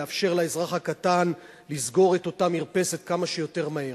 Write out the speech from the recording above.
לאפשר לאזרח הקטן לסגור את אותה מרפסת כמה שיותר מהר.